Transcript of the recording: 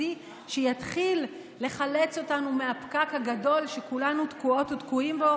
שיתחיל לחלץ אותנו מהפקק הגדול שכולנו תקועות ותקועים בו